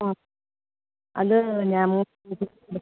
ആ അത് ഞാൻ